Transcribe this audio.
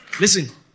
Listen